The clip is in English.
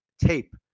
tape